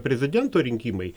prezidento rinkimai